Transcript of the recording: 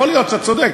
יכול להיות שאתה צודק,